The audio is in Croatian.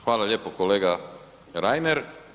Hvala lijepo kolega Reiner.